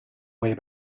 way